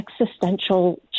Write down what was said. existential